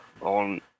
on